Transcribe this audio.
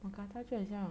mookata 就好像